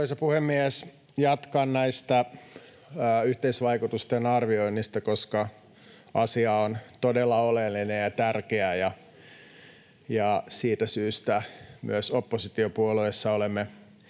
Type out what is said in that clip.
Arvoisa puhemies! Jatkan tästä yhteisvaikutusten arvioinnista, koska asia on todella oleellinen ja tärkeä, ja siitä syystä myös oppositiopuolueissa olemme